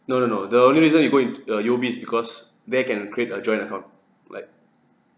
no no no the only reason we put in uh U_O_B is because there can create a joint account like